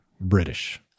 British